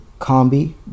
Combi